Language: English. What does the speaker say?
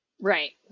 Right